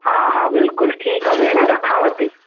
हा हा बिल्कुलु ठीकु आहे भेण रखांव थी